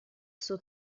suo